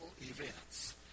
events